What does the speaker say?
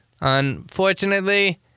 Unfortunately